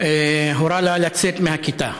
הורה לה לצאת מהכיתה.